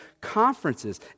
conferences